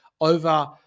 over